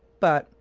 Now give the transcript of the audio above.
but,